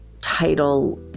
title